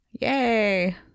Yay